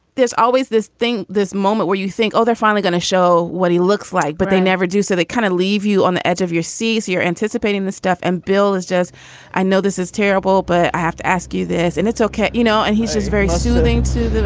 there's always this thing, this moment where you think, oh, they're finally going to show what he looks like, but they never do. so they kind of leave you on the edge of your seat as you're anticipating the stuff. and bill is just i know this is terrible, but i have to ask you this and it's ok you know, and he's just very soothing to me.